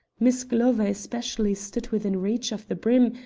miss glover especially stood within reach of the brim,